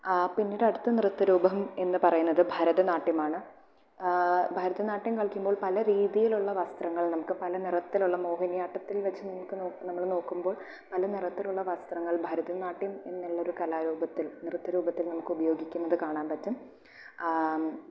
പിന്നീട് അടുത്ത നൃത്ത രൂപം എന്ന് പറയുന്നത് ഭാരത നാട്യമാണ് ഭരതനാട്യം കളിക്കുമ്പോൾ പല രീതിയിലുള്ള വസ്ത്രങ്ങൾ നമുക്ക് പല നിറത്തിലുള്ള മോഹിനിയാട്ടത്തിൽ വച്ച് നമുക്ക് നമ്മൾ നോക്കുമ്പോൾ പല നിറത്തിലുള്ള വസ്ത്രങ്ങൾ ഭരതനാട്യം എന്നുള്ളൊരു കലാ രൂപത്തിൽ നൃത്ത രൂപത്തിൽ നമുക്ക് ഉപയോഗിക്കുന്നത് കാണാൻ പറ്റും